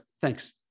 Thanks